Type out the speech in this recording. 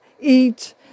eat